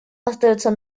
остается